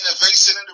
innovation